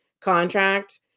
contract